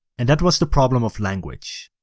and that was the problem of language.